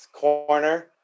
corner